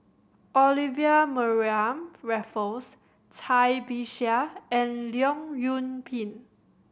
Olivia Mariamne Raffles Cai Bixia and Leong Yoon Pin